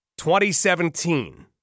2017